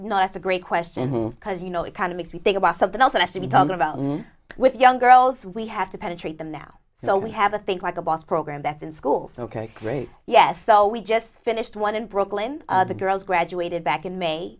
oh no that's a great question because you know it kind of makes me think about something else that has to be talked about with young girls we have to penetrate them now so we have a think like a boss program that's in school ok great yes so we just finished one in brooklyn girls graduated back in may